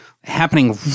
happening